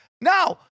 Now